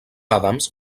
adams